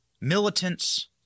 militants